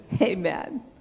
Amen